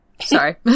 Sorry